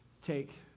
take